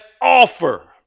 offer